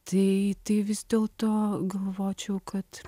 tai tai vis dėl to galvočiau kad